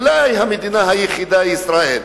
אולי המדינה היחידה היא ישראל.